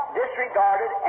disregarded